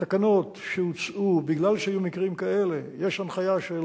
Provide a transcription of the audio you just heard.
בתקנות, שהוצעו בגלל שהיו מקרים כאלה, יש הנחיה של